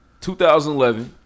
2011